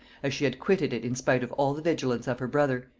as she had quitted it in spite of all the vigilance of her brother,